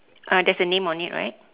uh there's a name on it right